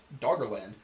Doggerland